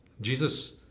Jesus